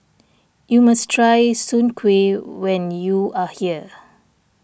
you must try Soon Kway when you are here